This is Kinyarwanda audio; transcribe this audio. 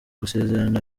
gusezerera